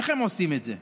איך הם עושים את זה?